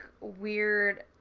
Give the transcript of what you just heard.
weird